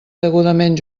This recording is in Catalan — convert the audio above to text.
degudament